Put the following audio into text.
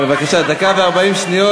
בבקשה, דקה ו-40 שניות.